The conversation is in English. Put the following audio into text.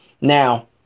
Now